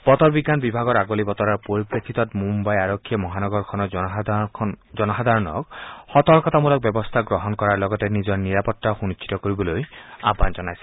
বতৰ বিজ্ঞান বিভাগৰ আগলি বতৰাৰ পৰিপ্ৰেক্ষিতত মুম্বাই আৰক্ষীয়ে মহানগৰখনৰ জনসাধাৰণক সতৰ্কতামূলক ব্যৱস্থা গ্ৰহণ কৰাৰ লগতে নিজৰ নিৰপাত্তা নিশ্চিত কৰিবলৈ আহান জনাইছে